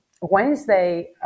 Wednesday